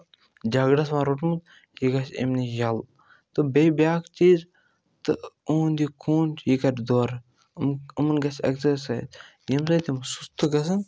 جگڑَس منٛز روٚٹمُت یہِ گژھِ اَمہِ نِش یَلہٕ تہٕ بیٚیہِ بیٛاکھ چیٖز تہٕ یِہُنٛد یہِ خوٗن چھُ یہِ کَرِ دورٕ یِم یِمَن گَژھِ اٮ۪کزَرسایِز ییٚمہِ سۭتۍ تِم سُستہٕ گَژھَن